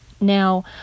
Now